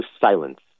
silence